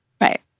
Right